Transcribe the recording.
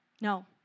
No